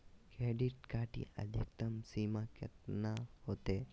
Credit card के अधिकतम सीमा कितना होते?